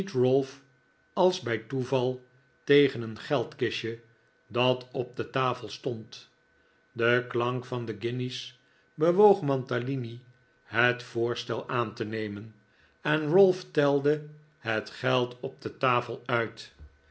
als bij toeval tegen een geldkistje dat op de tafel stond de klank van de guinjes bewoog mantalini het voorstel aan te nemen en ralph telde het geld op de tafel uit